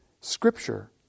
scripture